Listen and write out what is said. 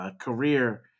Career